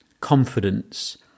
confidence